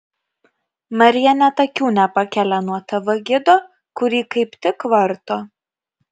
marija net akių nepakelia nuo tv gido kurį kaip tik varto